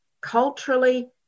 culturally